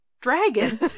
Dragon